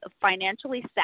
Financially